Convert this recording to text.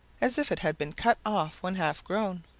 as if it had been cut off when half grown.